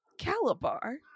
calabar